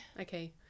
okay